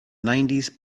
nineties